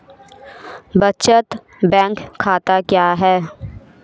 बचत बैंक खाता क्या है?